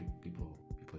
people